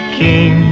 king